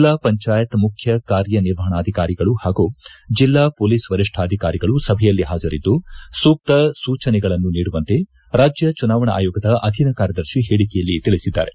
ಜಿಲ್ಲಾ ಪಂಚಾಯತ್ ಮುಖ್ಯ ಕಾರ್ಯನಿರ್ವಹಣಾಧಿಕಾರಿಗಳು ಹಾಗೂ ಜಿಲ್ಲಾ ಪೊಲೀಸ್ ವರಿಷ್ಠಾಧಿಕಾರಿಗಳು ಸಭೆಯಲ್ಲಿ ಹಾಜರಿದ್ದು ಸೂಕ್ತ ಸೂಚನೆಗಳನ್ನು ನೀಡುವಂತೆ ರಾಜ್ಯ ಚುನಾವಣಾ ಅಯೋಗದ ಅಧೀನ ಕಾರ್ಯದರ್ಶಿ ಹೇಳಿಕೆಯಲ್ಲಿ ತಿಳಿಸಿದ್ದಾರೆ